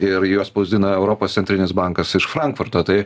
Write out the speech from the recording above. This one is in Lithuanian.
ir juos spausdina europos centrinis bankas iš frankfurto tai